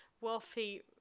wealthy